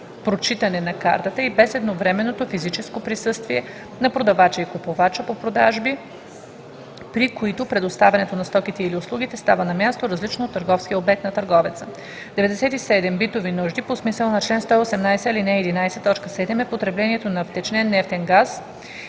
прочитане на картата и без едновременното физическо присъствие на продавача и купувача по продажби, при които предоставянето на стоките или услугите става на място, различно от търговския обект на търговеца. 97. „Битови нужди“ по смисъла на чл. 118, ал. 11, т. 7 е потреблението на втечнен нефтен газ